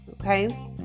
Okay